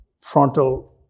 frontal